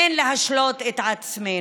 אין להשלות את עצמנו.